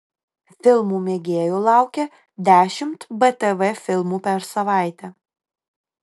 filmų mėgėjų laukia dešimt btv filmų per savaitę